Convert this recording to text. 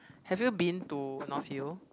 have you been to north-hill